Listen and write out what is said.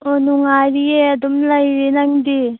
ꯑꯣ ꯅꯨꯡꯉꯥꯏꯔꯤꯑꯦ ꯑꯗꯨꯝ ꯂꯩꯔꯤ ꯅꯪꯗꯤ